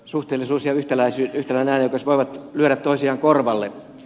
suhteellisuus ja yhtäläinen äänioikeus voivat lyödä toisiaan korvalle